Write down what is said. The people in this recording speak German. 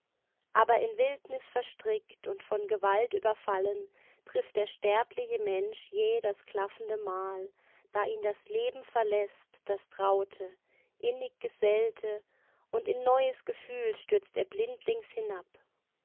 aber in wildnis verstrickt und von gewalt überfallen trifft der sterbliche mensch jäh das klaffende mal da ihn das leben verläßt das traute innig gesellte und in neues gefühl stürzt er blindlings hinab